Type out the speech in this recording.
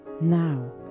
Now